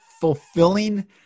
fulfilling